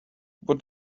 what